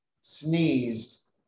sneezed